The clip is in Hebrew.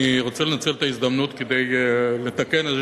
אני רוצה לנצל את ההזדמנות כדי לתקן איזה